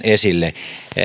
esille